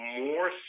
more